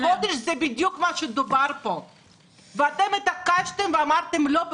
לפני חודש זה בדיוק מה שדובר פה ואתם התעקשתם ואמרתם לא,